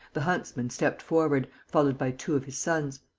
the huntsman stepped forward, followed by two of his sons.